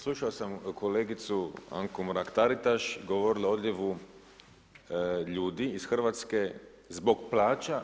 Slušao sam kolegicu Anku Mrak-TAritaš govorila je o odljevu ljudi iz Hrvatske zbog plaća.